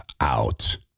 out